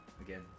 again